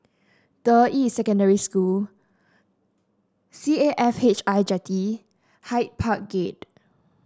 Deyi Secondary School C A F H I Jetty Hyde Park Gate